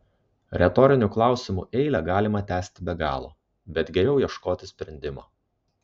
retorinių klausimų eilę galima tęsti be galo bet geriau ieškoti sprendimo